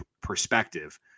perspective